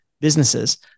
businesses